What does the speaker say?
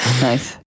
Nice